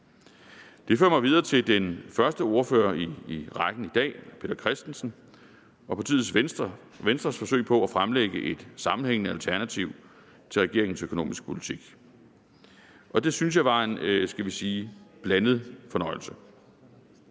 Det fører mig videre til den første ordfører i rækken i dag, hr. Peter Christensen, og partiet Venstres forsøg på at fremlægge et sammenhængende alternativ til regeringens økonomiske politik, og det synes jeg var en, skal vi sige, blandet fornøjelse.